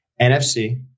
NFC